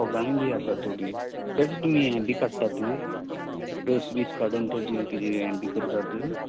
फोगांय बी आसा थोडी ताचें तुमी हें बीन काडटात रोस बीन काडून तेजें कितें हें बी करतात